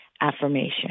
affirmation